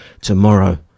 tomorrow